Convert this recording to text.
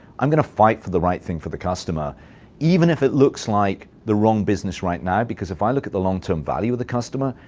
i'm going to fight for the right thing for the customer even if it looks like the wrong business right now because, if i look at the long-term value of the customer,